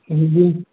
जी जी